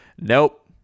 Nope